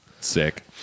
Sick